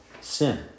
sin